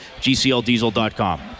GCLDiesel.com